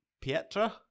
Pietra